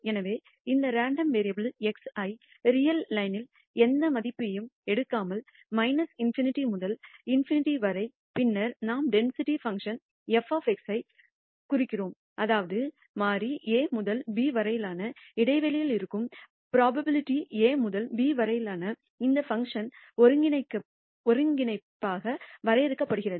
எனவே இந்த random variable x ஐ ரியல் லைனில் எந்த மதிப்பையும் எடுக்கலாம் ∞ முதல் ∞ வரை பின்னர் நாம் டென்சிட்டி பங்க்ஷன் f ஐக் குறிக்கிறோம் அதாவது மாறி a முதல் b வரையிலான இடைவெளியில் இருக்கும் புரோபாபிலிடி a முதல் b வரையிலான இந்த பங்க்ஷன் ஒருங்கிணைப்பாக வரையறுக்கப்படுகிறது